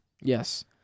Yes